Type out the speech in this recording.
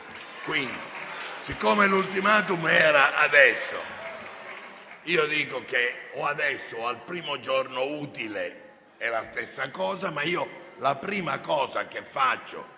Quindi, siccome l'*ultimatum* è adesso, dico che o adesso, o al primo giorno utile (è la stessa cosa), la prima cosa che farò